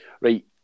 right